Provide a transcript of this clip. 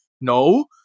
no